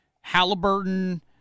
Halliburton